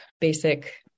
basic